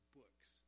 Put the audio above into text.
books